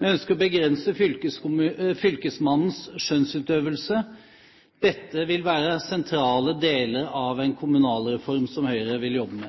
Vi ønsker å begrense fylkesmannens skjønnsutøvelse. Dette vil være sentrale deler av en